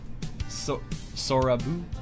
Sorabu